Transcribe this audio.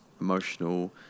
emotional